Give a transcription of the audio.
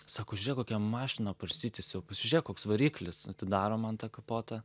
sako žiūrėk kokia mašiną parsitysiau pasižiūrėk koks variklis atidaro man tą kapotą